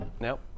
Nope